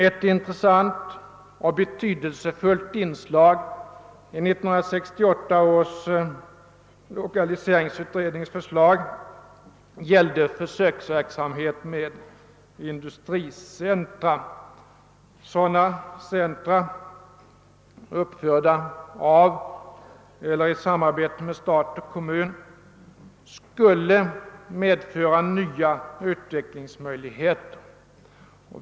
Ett intressant och betydelsefullt inslag i 1968 års lokaliseringsutrednings förslag gällde försöksverksamhet med industricentra. Sådana centra, uppförda av eller i samarbete med stat och kommun, skulle medföra nya utvecklingsmöjligheter.